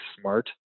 smart –